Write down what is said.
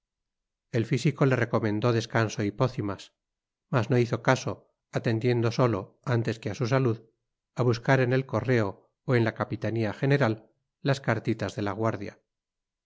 el físico le recomendó descanso y pócimas mas no hizo caso atendiendo sólo antes que a su salud a buscar en el correo o en la capitanía